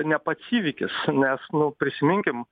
ne pats įvykis nes nu prisiminkim